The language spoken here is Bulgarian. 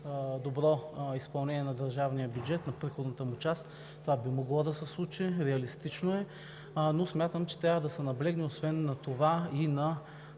добро изпълнение на държавния бюджет, на приходната му част, това би могло да се случи, реалистично е, но смятам, че трябва да се наблегне и на отделяне